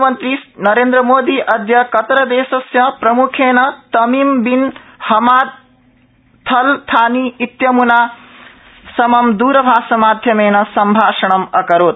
प्रधानमन्त्री नरेन्द्रमोदी अद्य कतरदेशस्य प्रम्खेन तमीम बिन हमाद अल थानी इत्यमुना समं द्रभाष माध्यमेन सम्भाषणम् अकरोत्